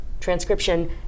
Transcription